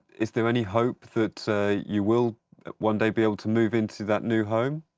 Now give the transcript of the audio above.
is there any hope that you will one day be able to move into that new home?